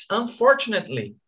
unfortunately